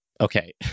okay